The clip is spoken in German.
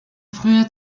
früher